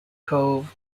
cove